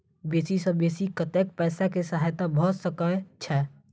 बेसी सऽ बेसी कतै पैसा केँ सहायता भऽ सकय छै?